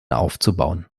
aufzubauen